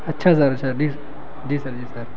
اچھا sir sir جی جی سر جی سر